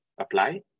apply